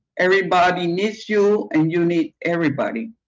everybody needs you and you need everybody.